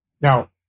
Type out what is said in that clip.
Now